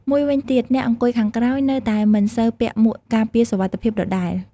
មួយវិញទៀត អ្នកអង្គុយខាងក្រោយនៅតែមិនសូវពាក់មួកការពារសុវត្ថិភាពដដែល។